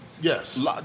yes